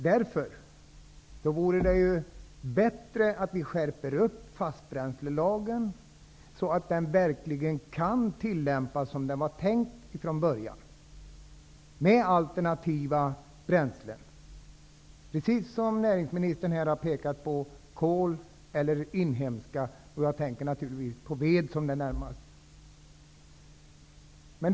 Därför vore det bättre att vi skärpte fastbränslelagen, så att den verkligen kan tillämpas som det var tänkt från början, med alternativa bränslen såsom näringsministern här påpekade, t.ex. kol och inhemska bränslen. Jag tänker närmast på ved.